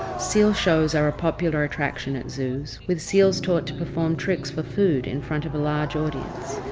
seal shows are a popular attraction at zoos, with seals taught to perform tricks for food in front of a large audience.